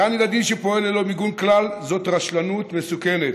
גן ילדים שפועל ללא מיגון כלל, זאת רשלנות מסוכנת.